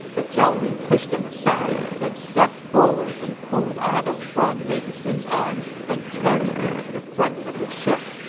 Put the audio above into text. but zhao yun pushed them aside, then stepped forward and pulled ah dou from lady sun's arms and carried him to the front of the ship.